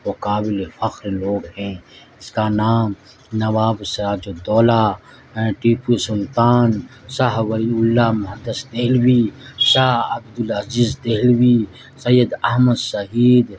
وہ قابل فخر لوگ ہیں اس کا نام نواب سراج الدولہ ٹیپو سلطان شاہ ولی اللہ محدث دہلوی شاہ عبد العزیز دہلوی سید احمد شہید